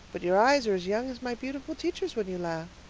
but your eyes are as young as my beautiful teacher's when you laugh.